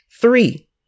Three